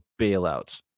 bailouts